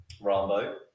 Rambo